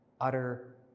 Utter